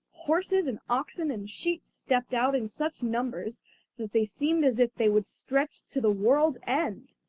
horses and oxen and sheep stepped out in such numbers that they seemed as if they would stretch to the world's end!